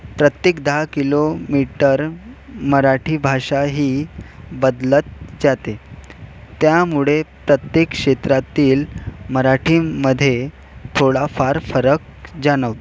प्रत्येक दहा किलोमीटर मराठी भाषा ही बदलत जाते त्यामुळे प्रत्येक क्षेत्रातील मराठीमध्ये थोडाफार फरक जाणवतो